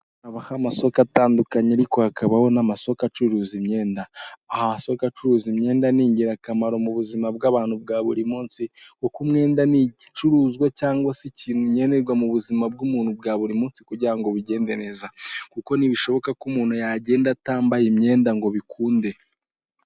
Habaho amasoko atandukanye ariko hakabaho n'amasoko acuruza imyenda, aha amasoko acuruza imyenda ni ingirakamaro mu buzima bw'abantu bwa buri munsi kuko umwenda ni igicuruzwa cyangwa se ikintu nkenerwa mu buzima bw'umuntu bwa buri munsi, kugira ngo bigende neza kuko ntibishoboka ko umuntu yagenda atambaye imyenda ngo bikunde.